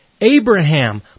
Abraham